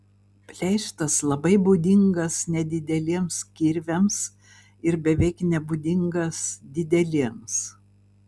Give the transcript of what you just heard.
pleištas labai būdingas nedideliems kirviams ir beveik nebūdingas dideliems